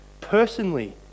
Personally